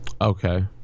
Okay